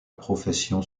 profession